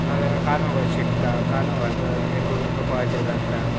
नाजाल्यार कांदो घाल शेकता कांदो घालता मागीर करून कपळाचेर घालता